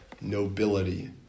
nobility